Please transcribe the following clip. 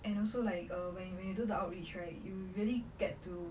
and also like err when you when you do the outreach right you really get to